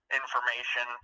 information